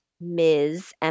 Ms